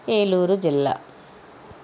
ఏలూరు జిల్లా